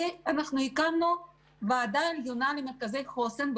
הקמנו ועדה עליונה למרכזי חוסן,